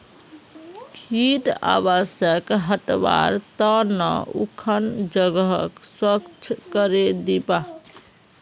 कीट आवासक हटव्वार त न उखन जगहक स्वच्छ करे दीबा